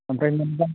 ओमफ्राय मोनगोन